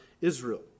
Israel